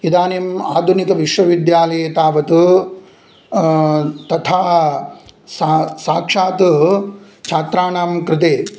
इदानीम् आधुनिकविश्वविद्यालये तावत् तथा सा साक्षात् छात्राणां कृते